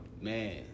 Man